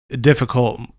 difficult